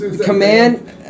Command